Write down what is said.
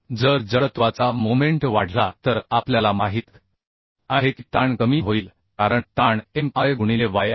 जर जडत्वाचा मोमेंट वाढला तर आपल्याला माहित आहे की ताण कमी होईल कारण ताण mI गुणिले y आहे